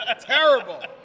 Terrible